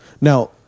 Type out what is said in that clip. Now